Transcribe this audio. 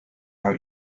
think